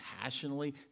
passionately